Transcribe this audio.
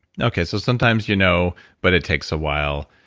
okay. so, sometimes you know, but it takes a while.